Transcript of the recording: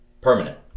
permanent